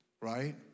Right